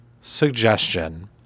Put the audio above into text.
suggestion